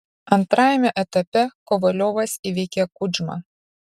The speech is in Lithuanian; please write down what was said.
antrajame etape kovaliovas įveikė kudžmą